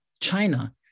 China